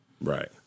Right